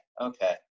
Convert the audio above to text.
okay